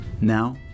now